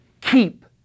keep